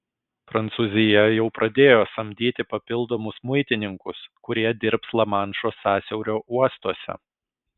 prancūzija jau pradėjo samdyti papildomus muitininkus kurie dirbs lamanšo sąsiaurio uostuose